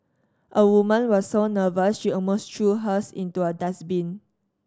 a woman was so nervous she almost threw hers into a dustbin